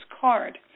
card